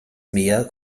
mehr